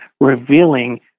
revealing